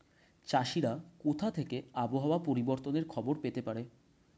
চাষিরা কোথা থেকে আবহাওয়া পরিবর্তনের খবর পেতে পারে?